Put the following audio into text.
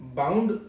bound